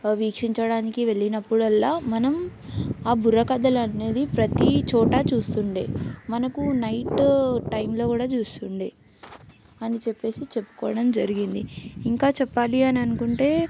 వీక్షించడానికి వెళ్ళినప్పుడల్లా మనం ఆ బుర్రకథలు అనేది ప్రతి చోటా చూస్తుండే మనకు నైట్ టైంలో కూడా చూస్తుండే అని చెప్పేసి చెప్పుకోవడం జరిగింది ఇంకా చెప్పాలి అని అనుకుంటే